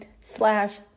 slash